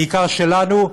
בעיקר שלנו,